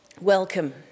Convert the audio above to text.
welcome